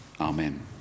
Amen